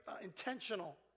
intentional